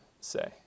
say